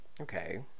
Okay